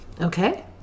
Okay